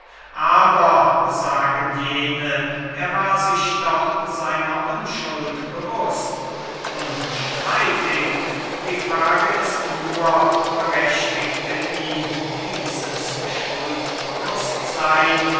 aber sagen jene er war sich doch seiner unschuld bewußt unstreitig die frage ist nur berechtigte ihn dieses